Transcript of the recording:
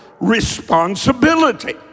responsibility